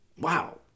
Wow